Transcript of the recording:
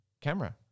camera